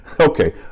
Okay